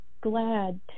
glad